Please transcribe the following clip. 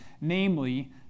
namely